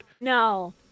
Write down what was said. No